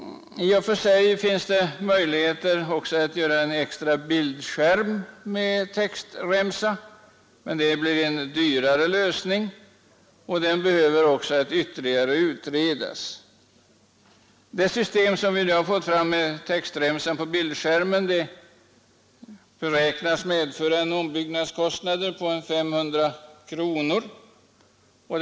Vidare finns den möjligheten att göra en extra bildskärm med textremsa, men det blir en dyrare lösning, och det är dessutom en sak som behöver utredas ytterligare. Det system som vi nu har fått fram med textremsan på bildskärmen beräknas medföra en ombyggnadskostnad på 500 kronor per apparat.